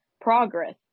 Progress